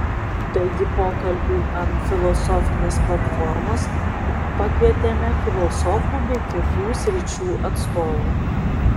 taigi pokalbiui ant filosofinės platformos pakvietėme filosofų bei kitų sričių atstovų